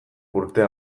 urtea